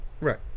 right